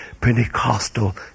Pentecostal